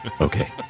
Okay